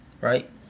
Right